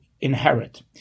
inherit